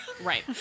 Right